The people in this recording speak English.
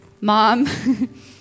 mom